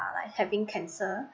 are like having cancer